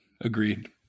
Agreed